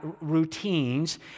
routines